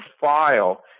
file